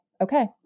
okay